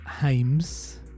hames